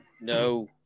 No